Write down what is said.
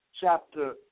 chapter